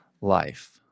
life